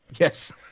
Yes